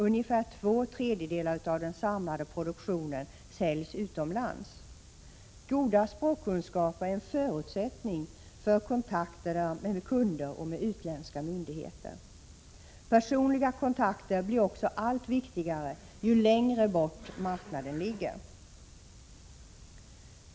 Ungefär två tredjedelar av den samlade produktionen säljs utomlands. Goda språkkunskaper är en förutsättning för kontakterna med kunder och utländska myndigheter. Personliga kontakter blir också allt viktigare ju längre bort marknaden ligger.